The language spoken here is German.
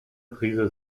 prise